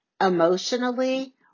emotionally